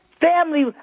family